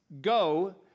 go